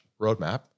roadmap